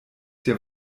der